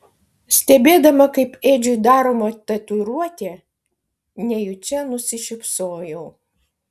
stebėdama kaip edžiui daroma tatuiruotė nejučia nusišypsojau